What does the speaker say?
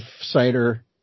cider